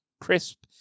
crisp